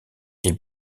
ils